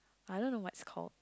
I don't know what it's called